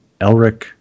Elric